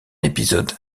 épisode